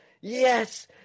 yes